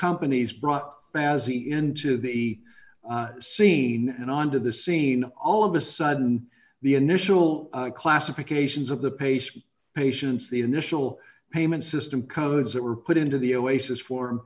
companies brought back as he into the scene and onto the scene all of a sudden the initial classifications of the pace patients the initial payment system codes that were put into the oasis form